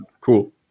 Cool